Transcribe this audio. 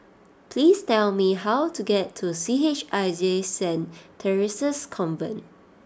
please tell me how to get to C H I J St Theresa's Convent